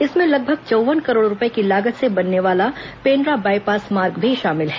इसमें लगभग चौव्वन करोड़ रूपए की लागत से बनने वाला पेंड्रा बायपास मार्ग भी शामिल है